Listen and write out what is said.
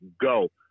go